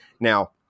Now